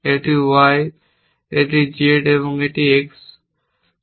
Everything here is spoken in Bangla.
এটি Y এটি Z এবং এটি X